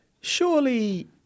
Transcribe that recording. Surely